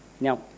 Now